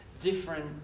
different